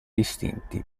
distinti